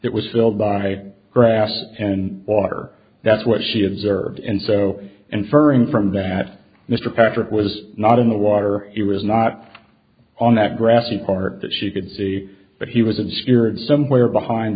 it was filled by grass and water that's what she observed and so inferring from that mr patrick was not in the water it was not on that grassy part that she could see that he was in spirits somewhere behind